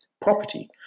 property